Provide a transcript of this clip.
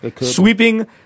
Sweeping